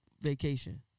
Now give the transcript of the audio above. vacation